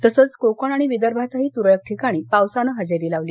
तसंच कोकण आणि विदर्भातही तुरळक ठिकाणी पावसानं हजेरी लावली